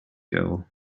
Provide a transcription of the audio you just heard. girl